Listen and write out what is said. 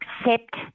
accept